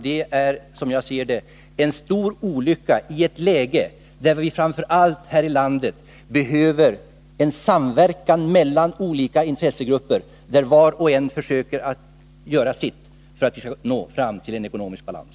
Det är, som jag ser det, en stor olycka i ett läge då vi här i landet framför allt behöver en samverkan mellan olika intressegrupper, där var och en försöker att göra sitt för att vi skall nå fram till en ekonomisk balans.